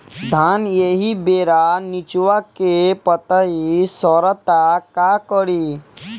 धान एही बेरा निचवा के पतयी सड़ता का करी?